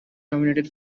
nominated